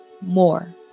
more